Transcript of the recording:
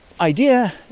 idea